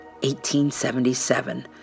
1877